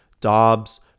Dobbs